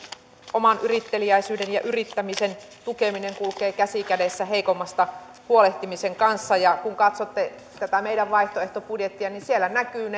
oman yritteliäisyyden ja yrittämisen tukeminen kulkee käsi kädessä heikommasta huolehtimisen kanssa kun katsotte tätä meidän vaihtoehtobudjettia niin siellä näkyvät